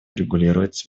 урегулировать